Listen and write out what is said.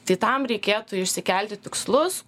tai tam reikėtų išsikelti tikslus